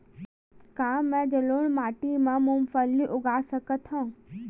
का मैं जलोढ़ माटी म मूंगफली उगा सकत हंव?